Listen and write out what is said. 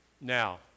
Now